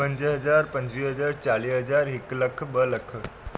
पंज हज़ार पंजवीह हज़ार चालीह हज़ार हिकु लखु ॿ लख